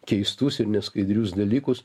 keistus ir neskaidrius dalykus